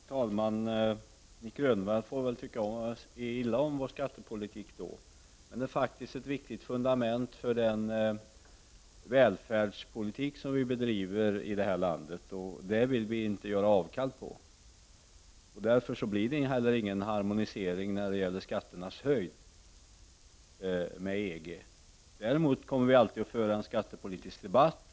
Herr talman! Nic Grönvall får väl tycka illa om vår skattepolitik. Den är faktiskt ett viktigt fundament för den välfärdspolitik som vi bedriver i vårt land. Den vill vi inte göra avkall på. Därför blir det heller ingen harmonisering med EG när det gäller skatternas storlek. Däremot kommer vi alltid att föra en skattepolitisk debatt.